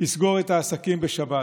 יסגור את העסקים בשבת,